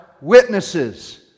witnesses